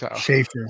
Schaefer